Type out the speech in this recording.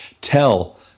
tell